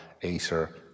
Acer